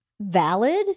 valid